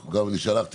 אני תופס את